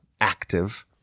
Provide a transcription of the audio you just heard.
active